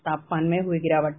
तापमान में हुई गिरावट